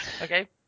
Okay